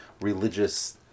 religious